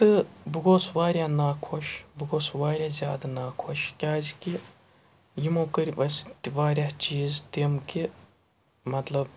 تہٕ بہٕ گوس واریاہ ناخۄش بہٕ گوس واریاہ زیادٕ ناخۄش کیٛازِکہِ یِمو کٔرۍ اَسہِ تہِواریاہ چیٖز تِم کہِ مطلب